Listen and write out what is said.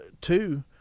two